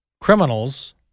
criminals